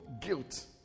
Guilt